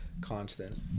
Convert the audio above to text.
constant